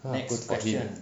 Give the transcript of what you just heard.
next question